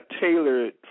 tailored